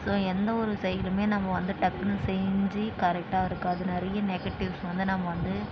so எந்த ஒரு செயலுமே நம்ம வந்து டக்குனு செஞ்சு கரெக்டாக இருக்காது நிறைய நெகடிவ்ஸ் வந்து நம்ம வந்து